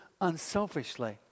unselfishly